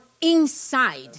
inside